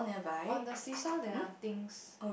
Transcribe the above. on the see saw there are things